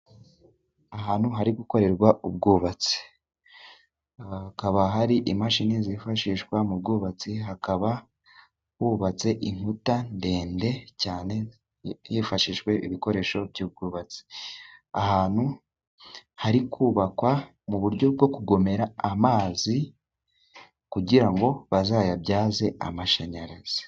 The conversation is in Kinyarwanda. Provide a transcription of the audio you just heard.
Ahantu hari gukorerwa ubwubatsi, hakaba hari imashini zifashishwa mu bwubatsi, hakaba hubatse inkuta ndende cyane hifashishijwe ibikoresho by'ubwubatsi. Ahantu hari kubakwa mu buryo bwo kugomera amazi, kugira ngo bazayabyaze amashanyarazi.